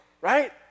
right